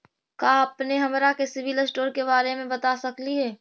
का अपने हमरा के सिबिल स्कोर के बारे मे बता सकली हे?